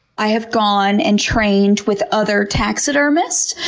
i have gone and trained with other taxidermists.